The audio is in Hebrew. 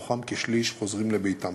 ומתוכם כשליש חוזרים לביתם.